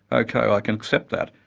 okay, i can accept that.